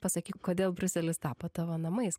pasakyk kodėl briuselis tapo tavo namais